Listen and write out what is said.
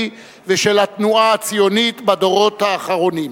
והתנועה הציונית בדורות האחרונים.